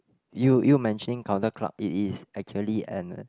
you you mentioning counter clerk it is actually an